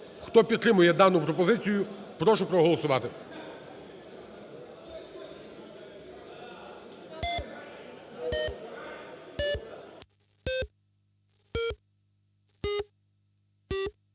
Хто підтримує дану пропозицію, прошу проголосувати.